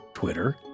Twitter